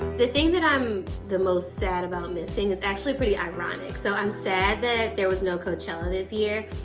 the thing that i'm the most sad about missing is actually pretty ironic. so i'm sad that there was no coachella this year.